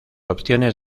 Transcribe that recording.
opciones